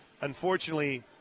Unfortunately